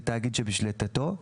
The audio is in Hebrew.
ותאגיד שבשליטתו,